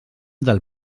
del